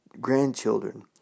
grandchildren